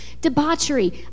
debauchery